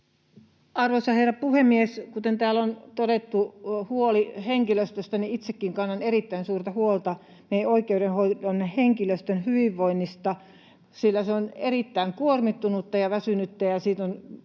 Arvoisa herra puhemies! Kuten täällä on todettu huoli henkilöstöstä, niin itsekin kannan erittäin suurta huolta meidän oikeudenhoidon henkilöstön hyvinvoinnista, sillä se on erittäin kuormittunutta ja väsynyttä.